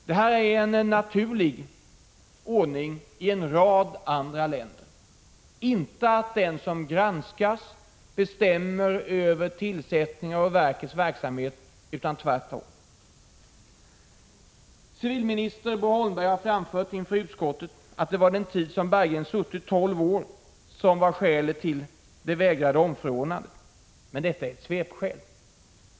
Det är i en rad andra länder en naturlig ordning att den som granskas inte bestämmer över tillsättningar i myndighetens verksamhet. Civilminister Bo Holmberg har framfört inför utskottet att det var den tid som Berggren hade suttit, tolv år, som var skälet till vägran att bevilja Prot. 1985/86:146 omförordnandet. Men detta är ett svepskäl.